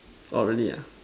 !wah! really ah